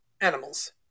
Animals